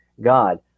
God